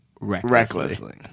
recklessly